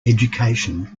education